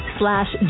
slash